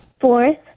Fourth